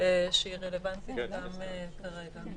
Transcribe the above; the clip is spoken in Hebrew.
שהיא רלוונטית גם כרגע.